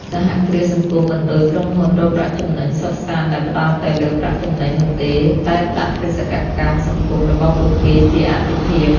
សហគ្រាសសង្គមមិនដូចក្រុមហ៊ុនរកប្រាក់ចំណេញសុទ្ធសាធដែលផ្តោតតែលើប្រាក់ចំណេញនោះទេ តែដាក់បេសកកម្មសង្គមរបស់ពួកគេជាអាទិភាព។